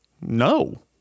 No